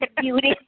beauty